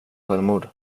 självmord